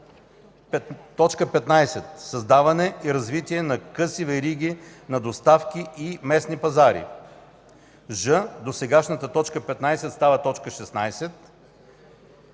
15: „15. създаване и развитие на къси вериги на доставки и местни пазари;” ж) досегашната т. 15 става т. 16.